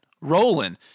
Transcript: rolling